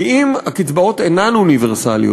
כי אם הקצבאות אינן אוניברסליות,